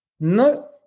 No